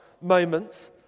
moments